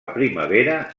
primavera